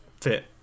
fit